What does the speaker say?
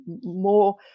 more